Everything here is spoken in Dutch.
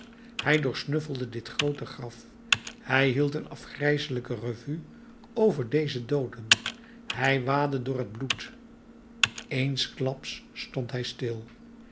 hij doorsnuffelde dit groote graf hij hield een afgrijselijke revue over deze dooden hij waadde door het bloed eensklaps stond hij stil